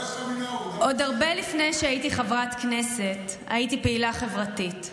עוד הרבה לפני שהייתי חברת כנסת הייתי פעילה חברתית.